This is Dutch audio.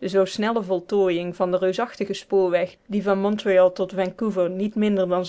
zoo snelle voltooiing van den reusachtigen spoorweg die van montreal tot vancouver niet minder dan